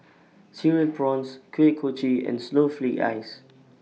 Cereal Prawns Kuih Kochi and Snowflake Ice